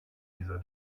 dieser